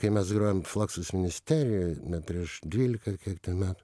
kai mes grojom fluxus ministerijoj ne prieš dvylika ar kiek ten metų